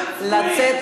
זבל